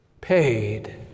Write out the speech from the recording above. paid